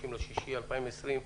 30 ביוני 2020,